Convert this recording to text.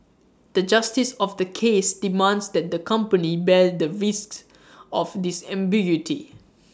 the justice of the case demands that the company bear the risk of this ambiguity